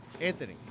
Anthony